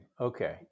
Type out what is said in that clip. Okay